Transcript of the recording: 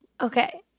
Okay